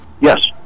Yes